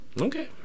Okay